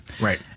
Right